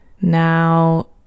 now